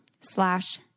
slash